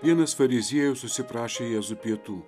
vienas fariziejus užsiprašė jėzų pietų